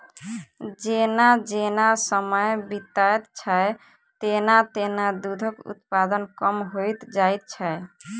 जेना जेना समय बीतैत छै, तेना तेना दूधक उत्पादन कम होइत जाइत छै